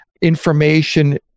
Information